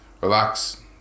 Relax